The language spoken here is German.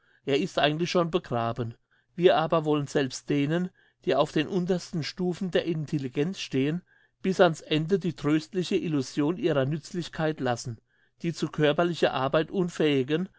er ist eigentlich schon begraben wir aber wollen selbst denen die auf den untersten stufen der intelligenz stehen bis an's ende die tröstliche illusion ihrer nützlichkeit lassen die zu körperlicher arbeit unfähigen